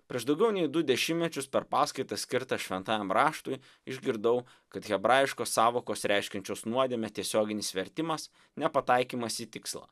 prieš daugiau nei du dešimtmečius per paskaitą skirtą šventajam raštui išgirdau kad hebrajiškos sąvokos reiškiančios nuodėmę tiesioginis vertimas nepataikymas į tikslą